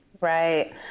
Right